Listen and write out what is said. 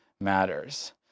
matters